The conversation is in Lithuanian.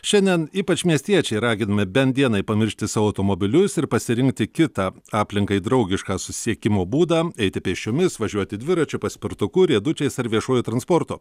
šiandien ypač miestiečiai raginami bent dienai pamiršti savo automobilius ir pasirinkti kitą aplinkai draugišką susisiekimo būdą eiti pėsčiomis važiuoti dviračiu paspirtuku riedučiais ar viešuoju transportu